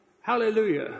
Hallelujah